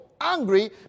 angry